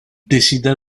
décida